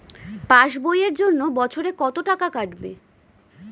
Pass বইয়ের জন্য বছরে কত টাকা কাটবে?